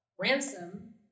Ransom